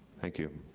thank you,